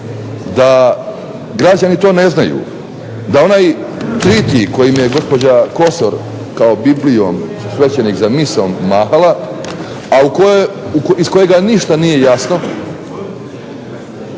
da građani to ne znaju, da onaj … koji im je gospođa Kosor kao Biblijom kao svećenik za misom mahala, a iz kojega ništa nije jasno,